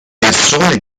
persone